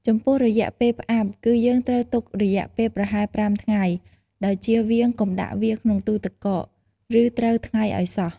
ចំពោះរយៈពេលផ្អាប់ គឺយើងត្រូវទុករយៈពេលប្រហែល៥ថ្ងៃ ដោយជៀសវាងកុំដាក់វាក្នុងទូទឹកកក ឬត្រូវថ្ងៃឱ្យសោះ។